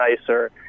nicer